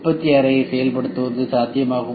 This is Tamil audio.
உற்பத்தி அறையை செயல்படுத்துவது சாத்தியமாகும்